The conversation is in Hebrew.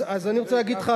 אז אני רוצה להגיד לך,